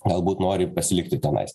galbūt nori pasilikti tenais